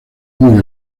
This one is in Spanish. muy